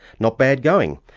not bad going,